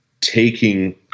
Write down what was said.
taking